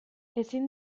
ezin